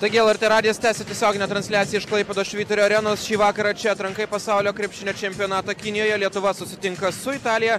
taigi lrt radijas tęsia tiesioginę transliaciją iš klaipėdos švyturio arenos šį vakarą čia atranka į pasaulio krepšinio čempionatą kinijoje lietuva susitinka su italija